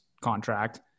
contract